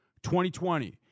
2020